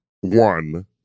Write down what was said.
one